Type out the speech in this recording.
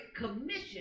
Commission